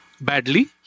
badly